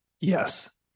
Yes